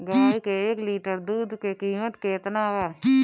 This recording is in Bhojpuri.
गाए के एक लीटर दूध के कीमत केतना बा?